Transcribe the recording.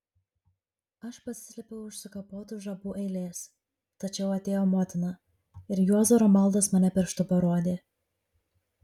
aš pasislėpiau už sukapotų žabų eilės tačiau atėjo motina ir juozo romaldas mane pirštu parodė